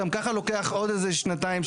גם ככה לוקח עוד איזה שנתיים,